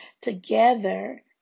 together